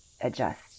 adjust